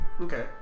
Okay